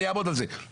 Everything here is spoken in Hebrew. אני אעמוד על זה.